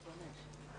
לא הייתה.